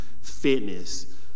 fitness